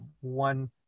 one